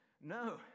no